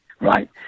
Right